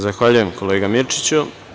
Zahvaljujem kolega Mirčiću.